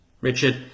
Richard